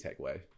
takeaway